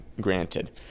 granted